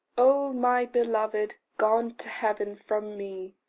oh my beloved, gone to heaven from me!